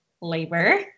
labor